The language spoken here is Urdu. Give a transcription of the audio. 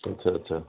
اچھا اچھا